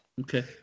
Okay